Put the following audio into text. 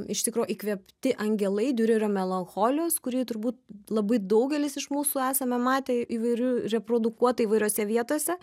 iš tikro įkvėpti angelai diurerio melancholijos kurį turbūt labai daugelis iš mūsų esame matę įvairių reprodukuota įvairiose vietose